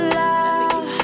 love